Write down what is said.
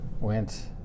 went